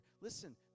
Listen